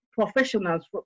professionals